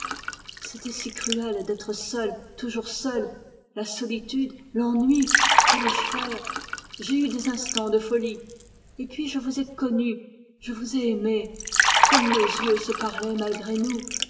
c'était si cruel d'être seule toujours seule la tristesse l'ennui quallais je faire et puis je vous ai connu je vous ai aimé comme nos yeux se parlaient malgré nous